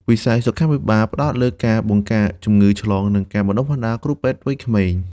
វិស័យសុខាភិបាលផ្តោតលើការបង្ការជំងឺឆ្លង និងការបណ្តុះបណ្តាលគ្រូពេទ្យវ័យក្មេង។